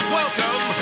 welcome